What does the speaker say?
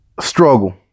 Struggle